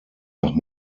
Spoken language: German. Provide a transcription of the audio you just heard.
nach